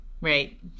Right